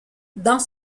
dans